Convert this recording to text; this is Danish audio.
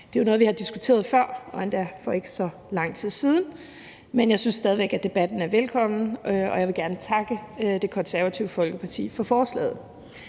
Det er jo noget, vi har diskuteret før, og endda for ikke så lang tid siden, men jeg synes stadig væk, at debatten er velkommen, og jeg vil gerne takke Det Konservative Folkeparti for forslaget.